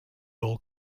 wool